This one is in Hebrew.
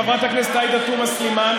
חברת הכנסת עאידה תומא סלימאן,